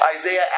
Isaiah